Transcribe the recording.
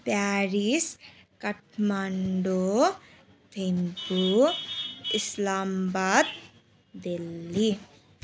Paris Kathmandu Thimphu Islamabad Delhi